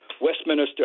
Westminster